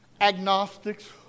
Agnostics